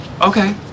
Okay